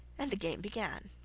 and the game began.